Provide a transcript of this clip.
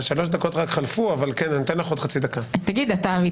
גלעד, אתה רוצה שאני אנמק לפניך?